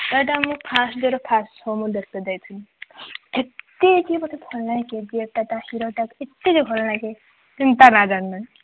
ଏଇଟା ମୁଁ ଫାଷ୍ଟଡ଼େରେ ଫାଷ୍ଟ ସୋ ମୁଁ ଦେଖ୍ତେ ଯାଇଥିନି ଏତେ ଯେ ମୋତେ ଭଲଲାଗେ କେଜିଏଫଟା ତା' ହିରୋଟା ଏତେ ଯେ ଭଲନାଗେ କିନ୍ତୁ ତା' ନା ଜାଣିନାଇଁ